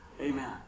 Amen